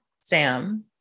Sam